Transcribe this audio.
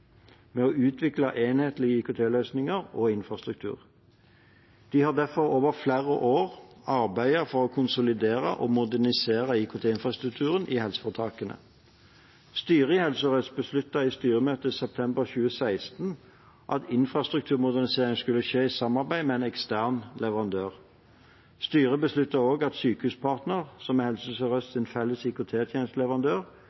med å utvikle enhetlige IKT-løsninger og infrastruktur. De har derfor over flere år arbeidet for å konsolidere og modernisere IKT-infrastrukturen i helseforetakene. Styret i Helse Sør-Øst besluttet i styremøte i september 2016 at infrastrukturmoderniseringen skulle skje i samarbeid med en ekstern leverandør. Styret besluttet også at Sykehuspartner, som er Helse